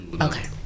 Okay